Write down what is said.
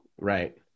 Right